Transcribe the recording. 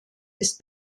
ist